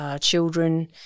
children